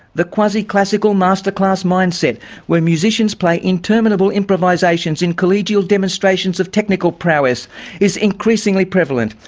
the quasi-classical master class mindset where musicians play interminable improvisations in collegial demonstrations of technical prowess is increasingly prevalent,